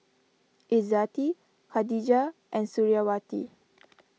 Izzati Khadija and Suriawati